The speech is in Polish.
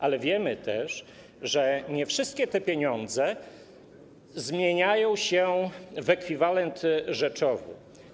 Ale wiemy też, że nie wszystkie te pieniądze zmieniają się w ekwiwalent rzeczowy.